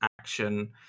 action